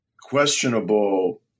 questionable